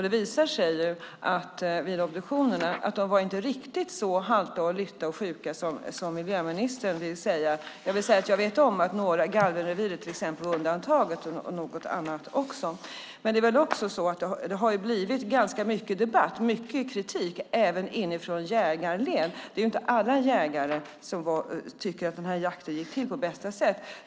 Det visade sig vid obduktionerna att de inte var riktigt så halta och lytta och sjuka som miljöministern vill säga. Jag vill säga att jag vet om att till exempel Galvenreviret var undantaget och också något annat. Men det har blivit ganska mycket debatt. Det har kommit mycket kritik även inifrån jägarled. Det är inte alla jägare som tycker att den här jakten gick till på bästa sätt.